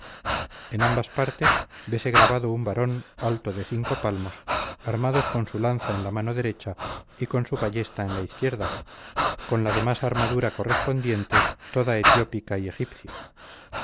en ambas partes vese grabado un varón alto de cinco palmos armado con su lanza en la mano derecha y con su ballesta en la izquierda con la demás armadura correspondiente toda etiópica y egipcia